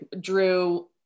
drew